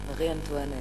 מרי אנטואנט.